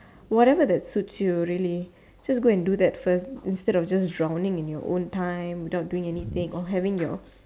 whatever that suits you really just go and do that first instead of just drowning in your own time without doing anything or having your